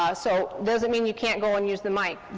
ah so doesn't mean you can't go and use the mic,